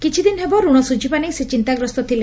କିଛିଦିନ ହେବ ଋଣ ଶୁଝିବା ନେଇ ସେ ଚିନ୍ତାଗ୍ରସ୍ତ ଥିଲେ